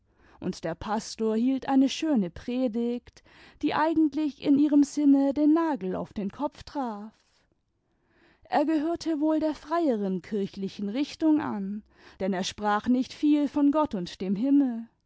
und der pastor hielt eine schöne predigt die eigentlich in ihrem sinne den nagel auf den kopf traf er gehörte wohl der freieren kirchlichen richtung an denn er sprach nicht viel von gott und dem himmel